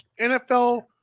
NFL –